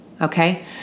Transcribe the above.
Okay